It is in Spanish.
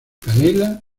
canela